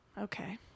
Okay